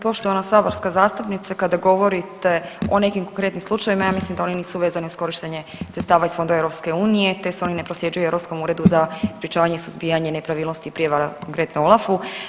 Poštovana saborska zastupnice, kada govorite o nekim konkretnim slučajevima, ja mislim da oni nisu vezani uz korištenje sredstava iz fondova EU te se oni ne prosljeđuju Europskom uredu za sprječavanje i suzbijanje nepravilnosti i prijevara, konkretno, OLAF-u.